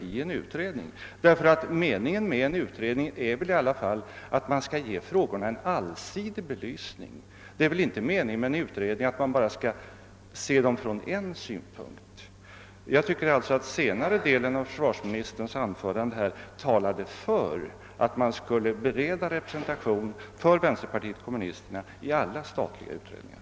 Meningen med en utredning är väl ändå att frågorna skall ges en allsidig belysning. Avsikten med dess arbete är väl inte att problemen skall ses från bara en synpunkt. Jag tycker därför att den senare delen av försvarsministerns anförande talade för att man bör ge vänsterpartiet kommunisterna representation i alla statliga utredningar.